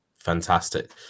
fantastic